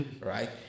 right